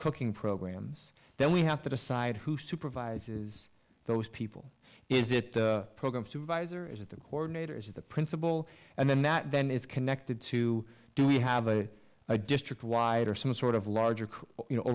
cooking programs then we have to decide who supervises those people is that program supervisor is the coordinator is the principal and then that then is connected to do we have a district wide or some sort of larger you know